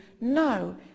no